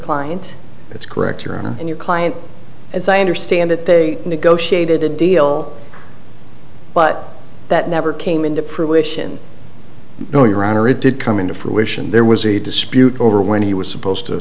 client that's correct your honor and your client as i understand it they negotiated a deal but that never came into probation no your honor it did come into fruition there was a dispute over when he was supposed to